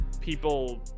people